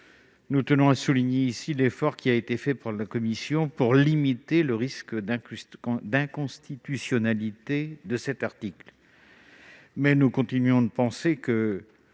Nous tenons à souligner l'effort qui a été fait par la commission pour limiter le risque d'inconstitutionnalité de cet article. Nous continuons cependant de